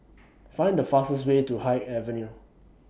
Find The fastest Way to Haig Avenue